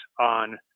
on